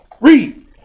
read